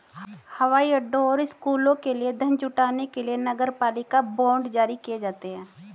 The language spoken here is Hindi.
हवाई अड्डों और स्कूलों के लिए धन जुटाने के लिए नगरपालिका बांड जारी किए जाते हैं